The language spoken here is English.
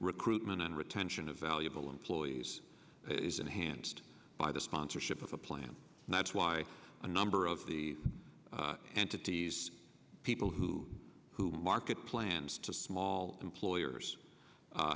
recruitment and retention of valuable employees is enhanced by the sponsorship of the plan and that's why a number of the entities people who who market plans to small employers